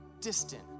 distant